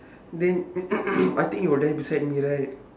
then I think you were there beside me right